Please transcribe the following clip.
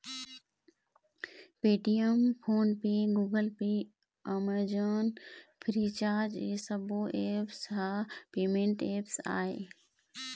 Paytm, PhonePe, Google Pay, Amazon, Freecharge ए सब्बो apps ह पेमेंट ऐप्स आय